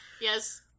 Yes